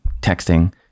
texting